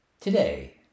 Today